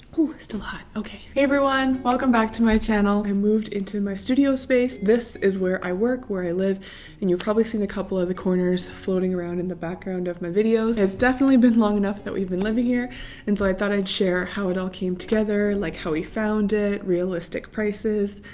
ooh! still hot, okay. hey everyone, welcome back to my channel and moved into my studio space this is where i work where i live and you've probably seen a couple of the corners floating around in the background of my videos. it's definitely been long enough that we've been living here and so i thought i'd share how it all came together like how we found it, realistic prices,